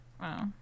Wow